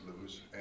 lose